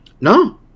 No